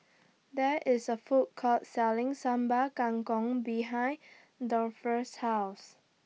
There IS A Food Court Selling Sambal Kangkong behind Dolphus' House